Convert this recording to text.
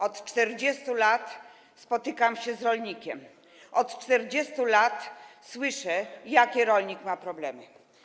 Od 40 lat spotykam się z rolnikiem, od 40 lat słyszę, jakie rolnik ma problemy.